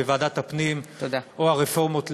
בוועדת הפנים או הרפורמות,